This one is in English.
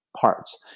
parts